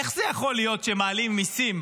איך זה יכול להיות שמעלים מיסים